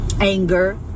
Anger